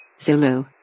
Zulu